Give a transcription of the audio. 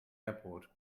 airport